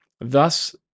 Thus